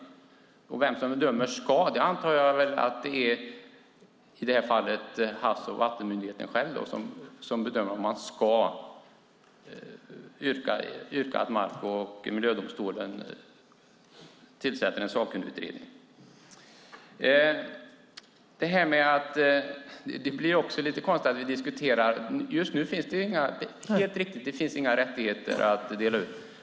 När det gäller bedömningen antar jag att Havs och vattenmyndigheten själv bedömer om man ska yrka att den aktuella mark och miljödomstolen tillsätter en sakkunnigutredning. Det är helt riktigt att det inte finns några rättigheter att dela ut.